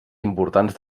importants